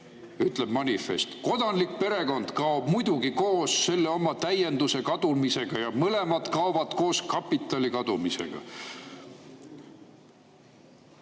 ütleb manifest. "Kodanlik perekond kaob muidugi koos selle oma täienduse kadumisega, ja mõlemad kaovad koos kapitali kadumisega.